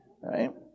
Right